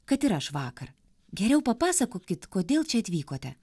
kad ir aš vakar geriau papasakokit kodėl čia atvykote